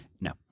No